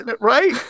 right